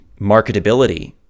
marketability